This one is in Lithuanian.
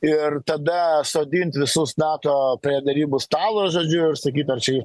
ir tada sodint visus nato prie derybų stalo žodžiu išsakyt ar čia